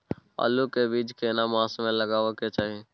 आलू के बीज केना मास में लगाबै के चाही?